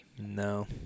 No